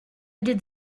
did